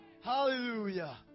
Hallelujah